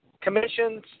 commissions